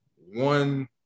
one